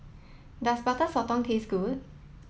does Butter Sotong taste good